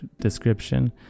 description